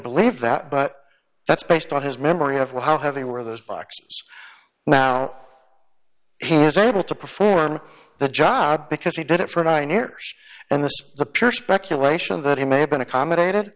believe that but that's based on his memory of well how heavy were those boxes now he was able to perform the job because he did it for nine years and this the pure speculation that he may have been accommodated